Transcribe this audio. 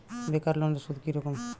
বেকার লোনের সুদ কি রকম?